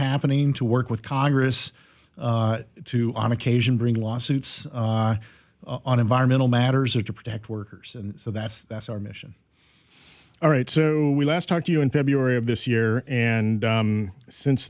happening to work with congress to on occasion bring lawsuits on environmental matters or to protect workers and so that's that's our mission all right so we last talked to you in february of this year and since